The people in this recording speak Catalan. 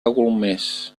golmés